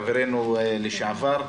חברנו לשעבר,